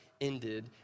ended